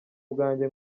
bwanjye